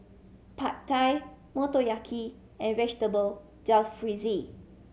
Pad Thai Motoyaki and Vegetable Jalfrezi